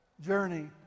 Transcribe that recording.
journey